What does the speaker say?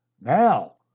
Now